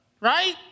right